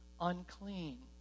unclean